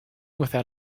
without